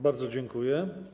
Bardzo dziękuję.